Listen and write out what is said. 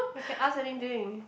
you can ask anything